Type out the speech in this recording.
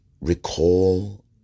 recall